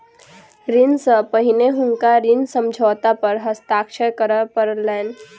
ऋण सॅ पहिने हुनका ऋण समझौता पर हस्ताक्षर करअ पड़लैन